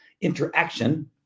interaction